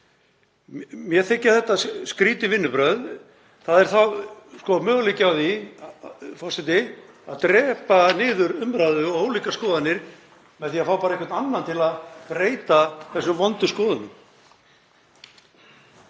Mér þykja þetta skrýtin vinnubrögð. Það er þá möguleiki á því, forseti, að drepa niður umræðu og ólíkar skoðanir með því að fá bara einhvern annan til að breyta þessum vondu skoðunum.